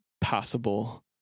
possible